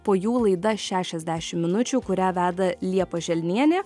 po jų laida šešiasdešim minučių kurią veda liepa želnienė